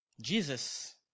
Jesus